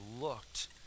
looked